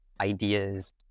ideas